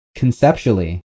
Conceptually